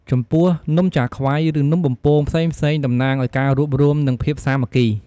ចំពោះនំចាខ្វៃ ឬនំបំពងផ្សេងៗតំណាងឱ្យការរួបរួម និងភាពសាមគ្គី។